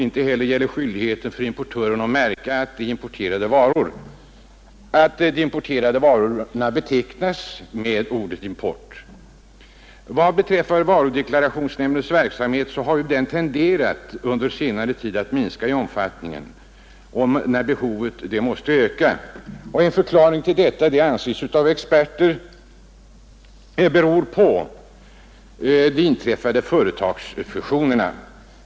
Inte heller gäller skyldighet för importören att märka de importerade varorna med beteckning import. Vad beträffar varudeklarationsnämndens verksamhet har den tenderat att under senare tid minska i omfattning, när behovet måste öka. En förklaring till detta anses av experter vara de inträffade företagsfusionerna.